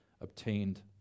obtained